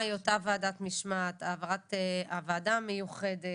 מהי אותה ועדת משמעת, העברת הוועדה המיוחדת.